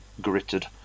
gritted